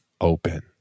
open